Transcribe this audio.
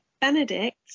Benedict